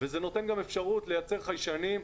זה נותן גם אפשרות לייצר חיישנים.